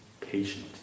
patient